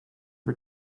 for